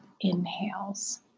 inhales